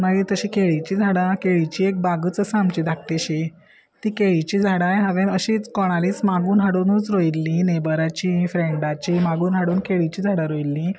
मागीर तशी केळीची झाडां केळीची एक बागच आसा आमची धाकटेशी ती केळीची झाडांय हांवें अशीच कोणालीच मागून हाडूनच रोयल्ली नेबराची फ्रेंडाची मागून हाडून केळीचीं झाडां रोयिल्ली